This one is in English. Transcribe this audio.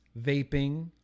vaping